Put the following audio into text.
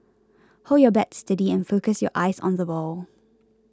hold your bat steady and focus your eyes on the ball